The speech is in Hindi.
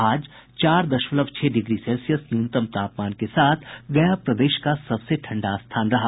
आज चार दशमलव छह डिग्री सेल्सियस न्यूनतम तापमान के साथ गया प्रदेश का सबसे ठंडा स्थान रहा